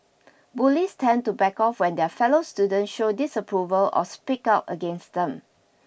bullies tend to back off when their fellow student show disapproval or speak out against them